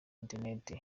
interineti